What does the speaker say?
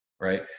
right